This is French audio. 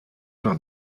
par